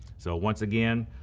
so once again,